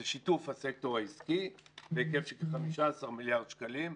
זה שיתוף הסקטור העסקי בהיקף של כ-15 מיליארד שקלים.